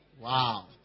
Wow